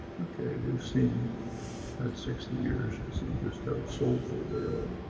okay, we've seen that sixty years to see just how soulful they are.